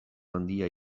handia